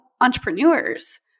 entrepreneurs